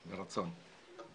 ברצון.